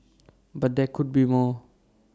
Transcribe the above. but there could be more